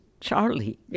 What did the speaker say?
Charlie